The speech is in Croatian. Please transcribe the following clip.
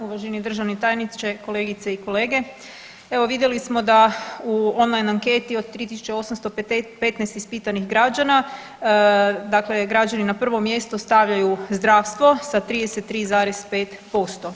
Uvaženi državni tajniče, kolegice i kolege, evo vidjeli smo da u online anketi od 3.815 ispitanih građana dakle građani na prvo mjesto stavljaju zdravstvo sa 33,5%